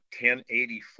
1084